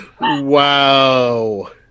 Wow